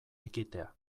ekitea